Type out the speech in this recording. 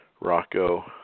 Rocco